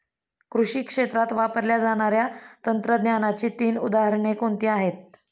कृषी क्षेत्रात वापरल्या जाणाऱ्या तंत्रज्ञानाची तीन उदाहरणे कोणती आहेत?